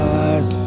eyes